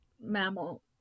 mammal